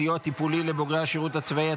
סיוע טיפולי לבוגרי השירות הצבאי),